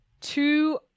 two